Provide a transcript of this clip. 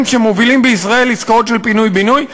שמובילים בישראל עסקאות של פינוי-בינוי,